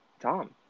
tom